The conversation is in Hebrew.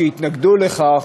שהתנגדו לכך